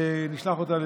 נשלח אותם לדרכם.